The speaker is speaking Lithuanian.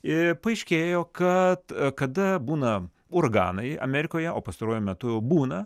ir paaiškėjo kad kada būna uraganai amerikoje o pastaruoju metu būna